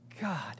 God